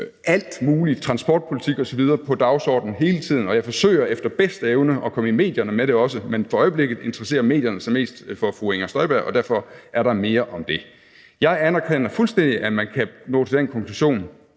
minksagen, transportpolitik osv. – på dagsordenen. Og jeg forsøger efter bedste evne også at komme i medierne med det, men for øjeblikket interesserer medierne sig mest for fru Inger Støjberg, og derfor er der mere om det. Jeg anerkender fuldstændig, at man kan nå til den konklusion,